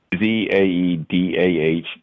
Z-A-E-D-A-H